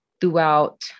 throughout